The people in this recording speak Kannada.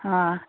ಹಾಂ